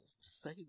say